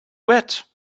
wet